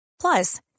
Plus